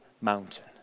mountain